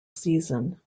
season